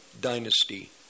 dynasty